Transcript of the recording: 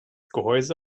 gehäuse